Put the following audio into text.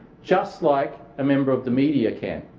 just like a member of the media can.